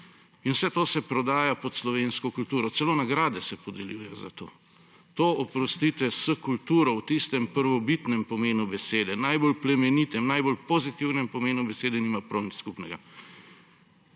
In vse to se prodaja pod slovensko kulturo, celo nagrade se podeljujejo za to. To, oprostite, s kulturo v tistem prvobitnem pomenu besede, najbolj plemenitem, najbolj pozitivnem pomenu besede nima prav nič skupnega.